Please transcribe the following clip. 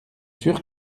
sûr